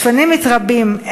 השפנים מתרבים,